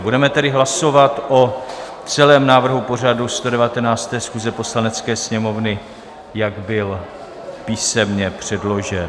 Budeme tedy hlasovat o celém návrhu pořadu 119. schůze Poslanecké sněmovny, jak byl písemně předložen.